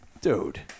Dude